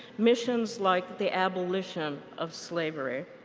missions like the abolition of slavery.